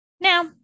Now